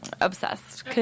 Obsessed